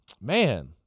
Man